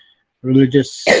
religious